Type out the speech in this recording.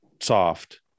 soft